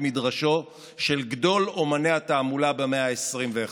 מדרשו של גדול אומני התעמולה במאה ה-21,